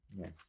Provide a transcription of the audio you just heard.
Yes